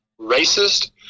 racist